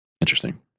Interesting